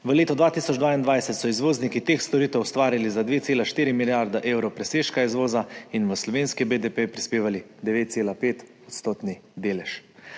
V letu 2022 so izvozniki teh storitev ustvarili za 2,4 milijarde evrov presežka izvoza in v slovenski BDP prispevali 9,5-odstotni delež.